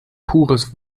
pures